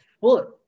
foot